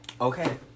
Okay